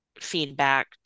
feedback